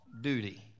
duty